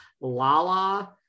Lala